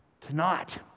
Tonight